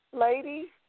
lady